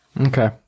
Okay